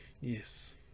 yes